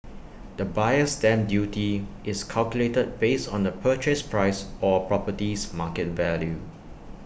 the buyer's stamp duty is calculated based on the purchase price or property's market value